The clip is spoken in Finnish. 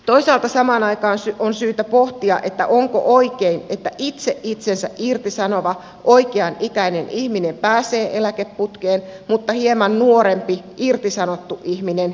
toisaalta samaan aikaan on syytä pohtia onko oikein että itse itsensä irtisanova oikean ikäinen ihminen pääsee eläkeputkeen mutta hieman nuorempi irtisanottu ihminen ei pääse